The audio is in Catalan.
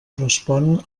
correspon